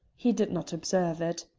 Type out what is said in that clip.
he did not observe it.